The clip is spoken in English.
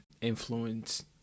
influence